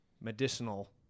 medicinal